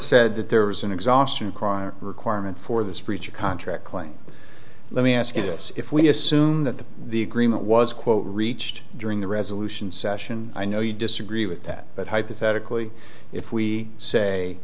said that there is an exhaustion crime requirement for this breach of contract claim let me ask you this if we assume that the agreement was quote reached during the resolution session i know you disagree with that but hypothetically if we say